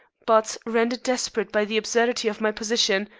but, rendered desperate by the absurdity of my position,